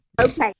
Okay